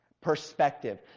perspective